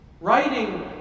Writing